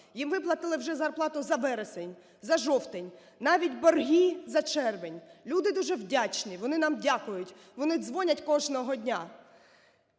Їм виплатили вже зарплату за вересень, за жовтень, навіть борги за червень. Люди дуже вдячні. Вони нам дякують. Вони дзвонять кожного дня.